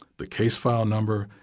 the case file number,